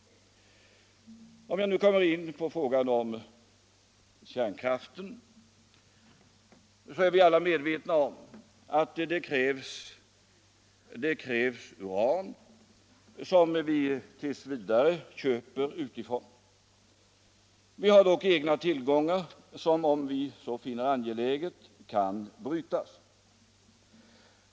Om jag nu kommer in på frågan om kärnkraften så är vi alla medvetna om att det för den produktionen krävs uran, som vi tills vidare köper utifrån. Vi har dock egna tillgångar som, om vi så finner angeläget, kan brytas.